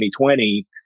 2020